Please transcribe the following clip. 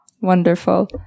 Wonderful